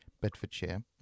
Bedfordshire